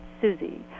Susie